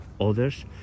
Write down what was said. others